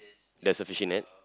there's a fishing net